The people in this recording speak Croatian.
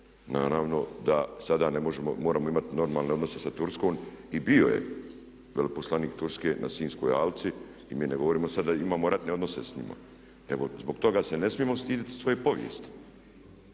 Naravno da sada ne možemo, moramo imati normalne odnose sa Turskom i bio je veleposlanik Turske na Sinjskoj alci. I mi ne govorimo sada da imamo ratne odnose sa njima, nego zbog toga se ne smijemo stidjeti svoje povijesti.